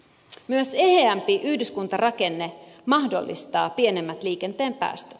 myös eheämpi yhdyskuntarakenne mahdollistaa pienemmät liikenteen päästöt